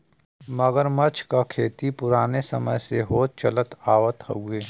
मगरमच्छ क खेती पुराने समय से होत चलत आवत हउवे